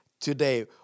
today